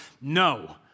No